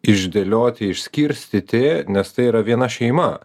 išdėlioti išskirstyti nes tai yra viena šeima